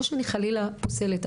לא שאני חלילה פוסלת,